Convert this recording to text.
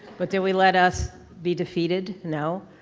but, did we let us be defeated? no.